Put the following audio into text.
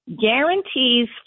guarantees